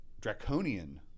draconian